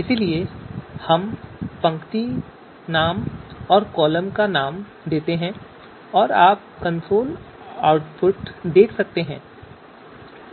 इसलिए हम पंक्ति नाम और कॉलम नाम देते हैं और आप कंसोल आउटपुट में देख सकते हैं